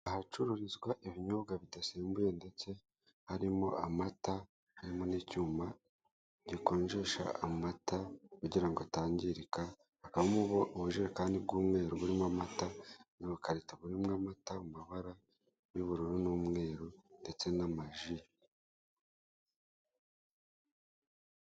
Ahacururizwa ibinyobwa bidasembuye ndetse harimo amata harimo n'icyuma gikonjesha amata kugirango atangirika hakabamo ubujerekani bw'umweru burimo amata n'ubukarito burimwo amata amabara y'ubururu n'umweru ndetse n'amaji.